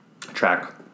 track